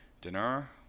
dinner